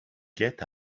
get